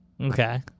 Okay